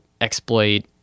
exploit